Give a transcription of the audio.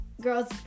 girls